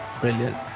brilliant